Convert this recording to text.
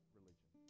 religion